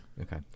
Okay